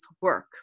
work